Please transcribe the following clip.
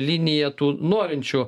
linija tų norinčių